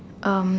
um